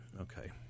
okay